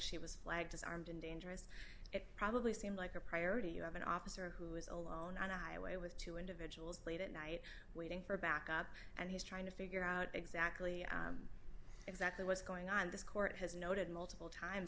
she was flagged as armed and dangerous it probably seemed like a priority you have an officer who is alone on a highway with two individuals late at night waiting for backup and he's trying to figure out exactly exactly what's going on this court has noted multiple times